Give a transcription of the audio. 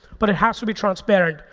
but it has to be transparent.